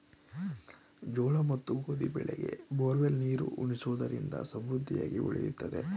ಜೋಳ ಮತ್ತು ಗೋಧಿ ಬೆಳೆಗೆ ಬೋರ್ವೆಲ್ ನೀರು ಉಣಿಸುವುದರಿಂದ ಸಮೃದ್ಧಿಯಾಗಿ ಬೆಳೆಯುತ್ತದೆಯೇ?